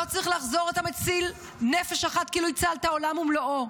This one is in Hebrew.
לא צריך לחזור על אתה מציל נפש אחת כאילו הצלת עולם ומלואו.